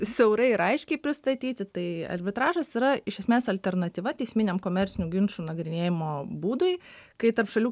siaurai ir aiškiai pristatyti tai arbitražas yra iš esmės alternatyva teisminiam komercinių ginčų nagrinėjimo būdui kai tarp šalių